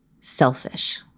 selfish